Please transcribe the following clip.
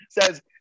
says